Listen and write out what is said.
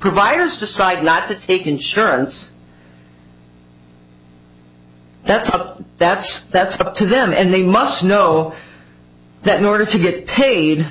providers decide not to take insurance that's up that's that's up to them and they must know that in order to get paid